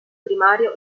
primario